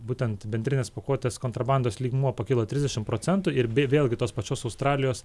būtent bendrinės pakuotės kontrabandos lygmuo pakilo trisdešimt procentų ir bei vėlgi tos pačios australijos